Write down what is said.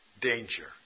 danger